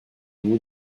vous